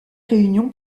réunion